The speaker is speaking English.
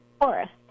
forest